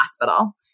hospital